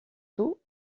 tout